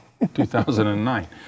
2009